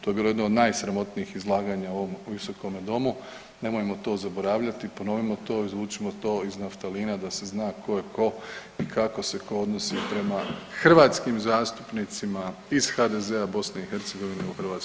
To je bilo jedno od najsramotnijih izlaganja u ovom visokome domu, nemojmo to zaboravljati i ponovimo to, izvučimo to iz naftalina da se zna ko je ko i kako se ko odnosi prema hrvatskim zastupnicima iz HDZ-a BiH u HS.